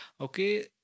okay